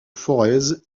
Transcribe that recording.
forez